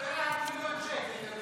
מיליון שקל למגרש.